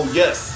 yes